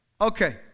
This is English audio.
Okay